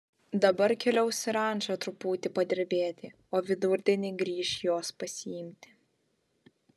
dabar keliaus į rančą truputį padirbėti o vidurdienį grįš jos pasiimti